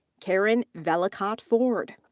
karen vellacott-ford.